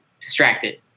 distracted